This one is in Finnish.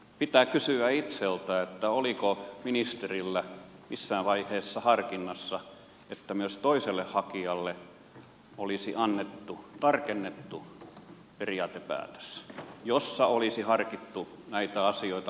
pitää kysyä ministeriltä itseltään oliko ministerillä missään vaiheessa harkinnassa että myös toiselle hakijalle olisi annettu tarkennettu periaatepäätös jossa olisi harkittu näitä asioita